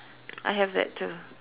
I have that too